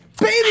Baby